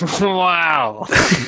Wow